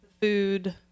food